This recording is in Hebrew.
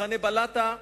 במחנה בלאטה,